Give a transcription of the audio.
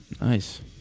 Nice